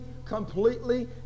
completely